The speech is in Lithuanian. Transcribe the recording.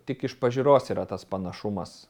tik iš pažiūros yra tas panašumas